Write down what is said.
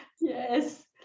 yes